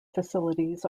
facilities